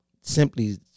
Simply